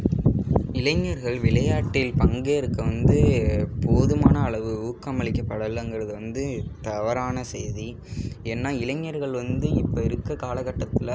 இளைஞர்கள் விளையாட்டில் பங்கேற்க வந்து போதுமான அளவு ஊக்கமளிக்க படலங்கிறது வந்து தவறான செய்தி ஏன்னால் இளைஞர்கள் வந்து இப்போ இருக்க காலக்கட்டத்தில்